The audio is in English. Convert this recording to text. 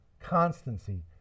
constancy